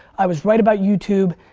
i was right about youtube.